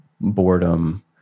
boredom